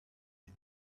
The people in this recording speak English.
and